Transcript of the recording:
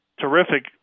terrific